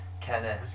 Kenneth